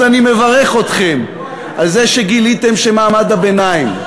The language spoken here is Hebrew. אז אני מברך אתכם על זה שגיליתם שמעמד הביניים,